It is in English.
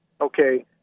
Okay